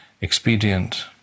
expedient